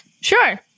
Sure